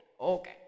okay